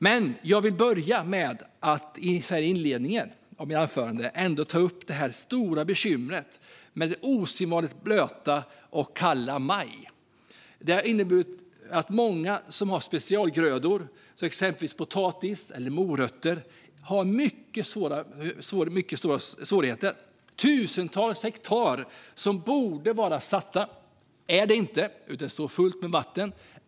Men jag vill så här i inledningen av mitt anförande ta upp det stora bekymret med den osedvanligt blöta och kalla maj. Det har inneburit att många som har specialgrödor, exempelvis potatis och morötter, har mycket stora svårigheter. Tusentals hektar som borde ha varit satta är det inte utan står fulla av vatten.